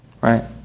Right